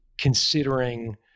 considering